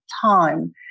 time